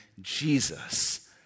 Jesus